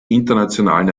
internationalen